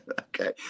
Okay